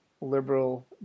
liberal